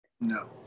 No